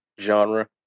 genre